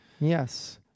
Yes